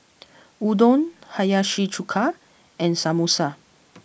Udon Hiyashi Chuka and Samosa